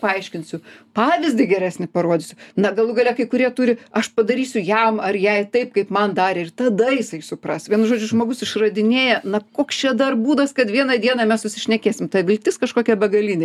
paaiškinsiu pavyzdį geresnį parodysiu na galų gale kai kurie turi aš padarysiu jam ar jai taip kaip man darė ir tada jisai supras vienu žodžiu žmogus išradinėja na koks čia dar būdas kad vieną dieną mes susišnekėsim tai viltis kažkokia begalinė